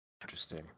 Interesting